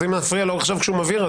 אז אם נפריע לו עכשיו כשהוא מבהיר,